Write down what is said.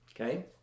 Okay